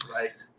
right